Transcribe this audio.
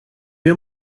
you